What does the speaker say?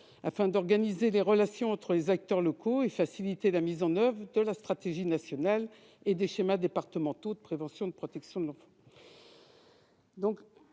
afin d'« organiser les relations entre les acteurs locaux » et de « faciliter la mise en oeuvre de la stratégie nationale et des schémas départementaux de prévention et de protection de l'enfance